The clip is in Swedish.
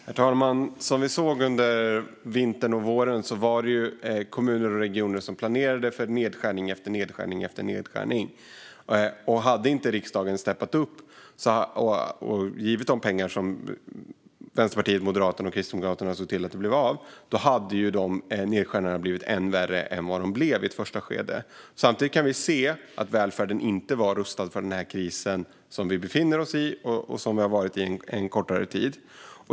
Herr talman! Som vi såg under vintern och våren planerade kommuner och regioner för nedskärning efter nedskärning. Hade riksdagen inte steppat upp och gett kommuner och regioner de pengar som Vänsterpartiet, Moderaterna och Kristdemokraterna såg till att de fick hade dessa nedskärningar blivit än värre än de blev i ett första skede. Samtidigt kan vi se att välfärden inte var rustad för den kris som vi befinner oss i och som vi har befunnit oss i en kortare tid.